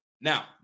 now